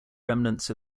remnants